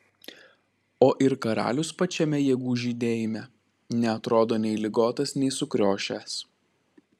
o ir karalius pačiame jėgų žydėjime neatrodo nei ligotas nei sukriošęs